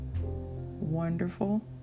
wonderful